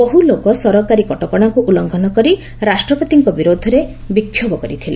ବହୁ ଲୋକ ସରକାରୀ କଟକଣାକୁ ଉଲ୍ଲଂଘନ କରି ରାଷ୍ଟ୍ରପତିଙ୍କ ବିରୋଧରେ ବିକ୍ଷୋଭ କରିଥିଲେ